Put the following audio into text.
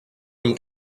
dem